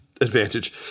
advantage